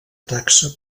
taxa